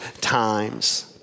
times